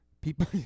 people